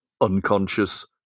unconscious